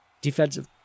defensive